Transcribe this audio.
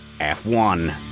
F1